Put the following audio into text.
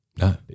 No